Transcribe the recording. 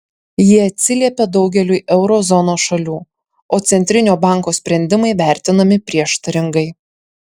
jie atsiliepia daugeliui euro zonos šalių o centrinio banko sprendimai vertinami prieštaringai